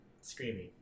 Screaming